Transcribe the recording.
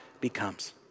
becomes